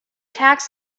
tax